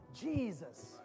Jesus